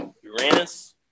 Uranus